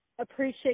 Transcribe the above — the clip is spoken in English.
appreciate